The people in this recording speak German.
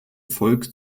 volk